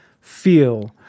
feel